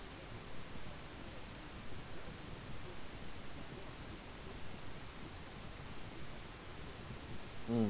mm